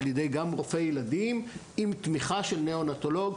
גם על ידי רופא ילדים עם תמיכה של ניאונטולוג,